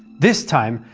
this time,